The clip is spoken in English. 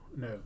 no